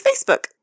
Facebook